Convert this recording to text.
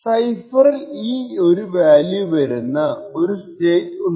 സൈഫറിൽ ഈ ഒരു വാല്യൂ വരുന്ന ഒരു സ്റ്റേറ്റ് ഉണ്ട്